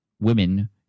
women